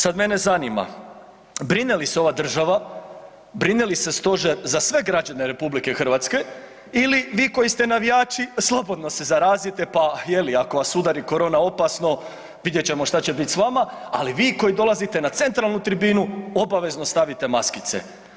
Sad mene zanima, brine li se ova država, brine li se stožer za sve građane RH ili vi koji ste navijači slobodno se zarazite pa je li ako vas udari korona opasno vidjet ćemo šta će biti s vama, ali vi koji dolazite na centralnu tribinu obavezno stavite maskice.